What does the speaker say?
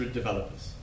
developers